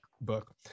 book